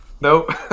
Nope